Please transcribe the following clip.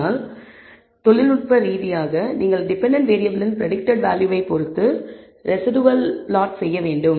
ஆனால் தொழில்நுட்ப ரீதியாக நீங்கள் டிபென்டென்ட் வேறியபிளின் பிரடிக்டட் வேல்யூவை பொறுத்து ரெஸிடுவல் பிளாட் செய்ய வேண்டும்